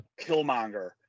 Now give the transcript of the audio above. Killmonger